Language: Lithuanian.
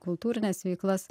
kultūrines veiklas